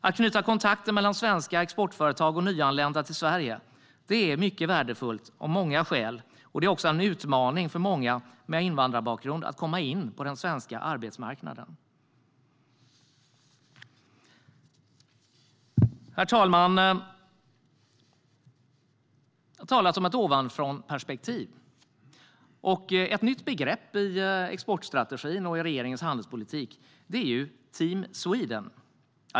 Att knyta kontakter mellan svenska exportföretag och nyanlända till Sverige är mycket värdefullt av många skäl. Det är också en utmaning för många med invandrarbakgrund att komma in på den svenska arbetsmarknaden. Herr talman! Jag har talat om ett ovanifrånperspektiv. Ett nytt begrepp i exportstrategin och i regeringens handelspolitik är Team Sweden.